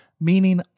meaning